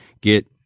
get